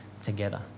together